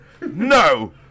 No